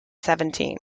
seventeen